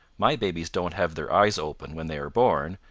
my babies don't have their eyes open when they are born,